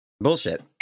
Bullshit